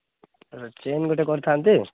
chain ଗୋଟେ କରିଥାନ୍ତି